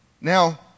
Now